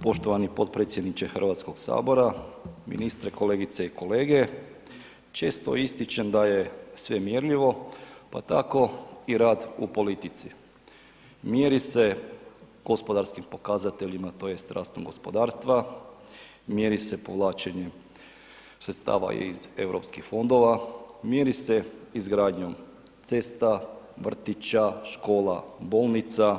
Poštovani potpredsjedniče HS, ministre, kolegice i kolege, često ističem da je sve mjerljivo, pa tako i rad u politici, mjeri se gospodarskim pokazateljima tj. rastom gospodarstva, mjeri se povlačenjem sredstava iz Europskih fondova, mjeri se izgradnjom cesta, vrtića, škola, bolnica,